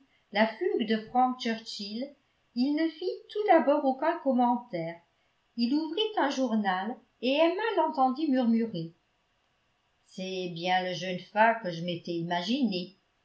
la fugue de frank churchill il ne fit tout d'abord aucun commentaire il ouvrit un journal et emma l'entendit murmurer c'est bien le jeune fat que je m'étais imaginé